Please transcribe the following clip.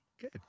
good